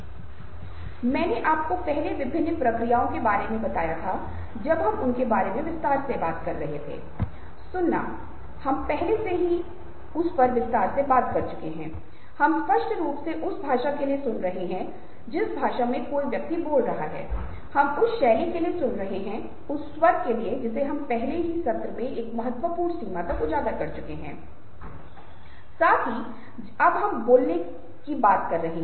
और इस मायने में अलग है कि इसे वास्तविक मुस्कान नहीं माना जा सकता है क्योंकि जहां इसे वास्तविक मुस्कान माना जाएगा मूल रूप से यह होता है कि जब हम वास्तव में मुस्कुराते हैं तो हम न केवल उन मांसपेशियों को खींचने का प्रबंधन करते हैं जो हमारे गाल के आसपास होती हैं